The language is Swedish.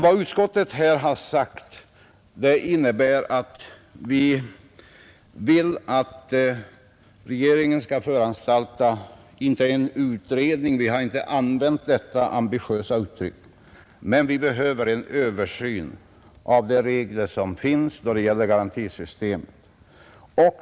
Vad utskottet här har sagt innebär att vi vill att regeringen skall föranstalta om — inte en utredning, ty vi har inte använt detta ambitiösa uttryck — men en översyn av de regler som finns när det gäller garantisystemet.